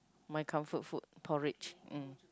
my comfort food porridge mm